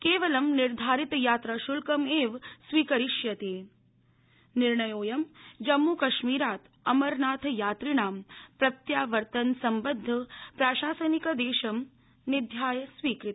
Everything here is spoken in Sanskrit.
क्विलं निर्धारितयात्राशुल्कं एव स्वीकरिष्यत निर्णयोऽयं जम्मूकश्मीरात् अमरनाथयात्रिणां प्रत्यावर्तन सम्बद्ध प्रशासनिकादग्री निध्याय स्वीकृत